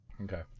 Okay